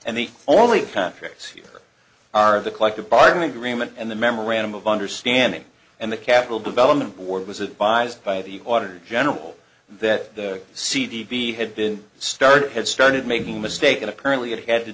and the only contracts here are the collective bargaining agreement and the memorandum of understanding and the capital development board was advised by the water general that the cd be had been started had started making mistake and apparently it had to